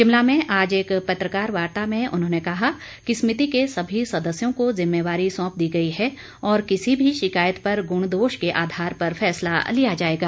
शिमला में आज एक पत्रकार वार्ता में उन्होंने कहा कि समिति के सभी सदस्यों को जिम्मेवारी सौंप दी गई है और किसी भी शिकायत पर गुण दोष के आधार पर फैसला लिया जाएगा